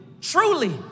truly